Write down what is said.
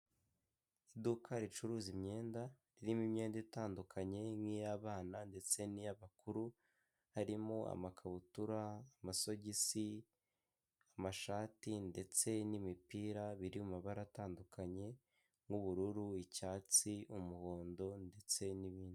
Iduka ricuruza imyenda irimo imyenda itandukanye nk'iy'abana ndetse n'iy'abakuru harimo: amakabutura, amasogisi, amashati, ndetse n'imipira biri mu mabara atandukanye nk'ubururu, icyatsi, umuhondo, ndetse n'ibindi.